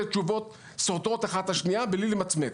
תשובות סותרות אחת את השנייה בלי למצמץ.